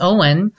Owen